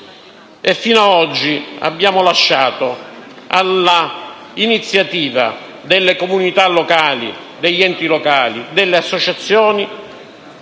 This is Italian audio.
Fino ad oggi abbiamo lasciato all'iniziativa delle comunità locali, degli enti locali e delle associazioni